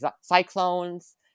cyclones